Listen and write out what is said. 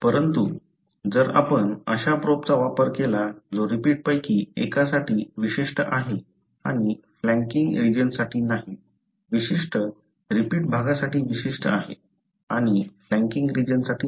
परंतु जर आपण अशा प्रोबचा वापर केला जो रिपीट पैकी एकासाठी विशिष्ट आहे आणि फ्लॅंकिंग रिजनसाठी नाही विशिष्ट रिपीट भागासाठी विशिष्ट आहे आणि फ्लॅंकिंग रिजनसाठी नाही